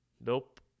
Nope